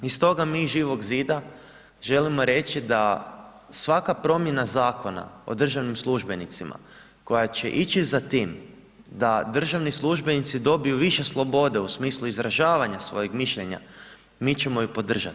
I stoga mi iz Živog zida želimo reći da svaka promjena Zakona o državnim službenicima koja će ići za tim da državni službenici dobiju više slobode u smislu izražavanja svojeg mišljenja mi ćemo ju podržat.